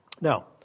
Now